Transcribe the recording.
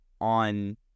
on